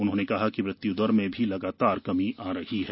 उन्होंने कहा कि मृत्यु दर में भी लगातार कमी आ रही है